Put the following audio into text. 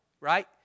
right